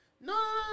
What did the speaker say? No